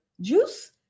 juice